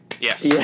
Yes